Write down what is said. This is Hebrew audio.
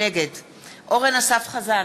נגד אורן אסף חזן,